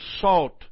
salt